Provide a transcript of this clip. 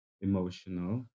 emotional